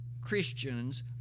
Christians